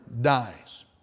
dies